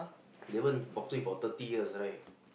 Davon boxing for thirty years right